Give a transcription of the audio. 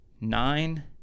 Nine